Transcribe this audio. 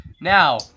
Now